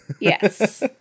Yes